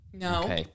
No